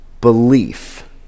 belief